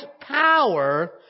power